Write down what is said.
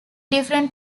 different